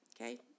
okay